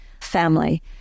family